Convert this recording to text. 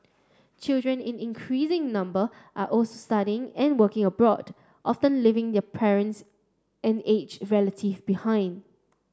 children in increasing number are also studying and working abroad often leaving their parents and aged relative behind